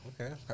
Okay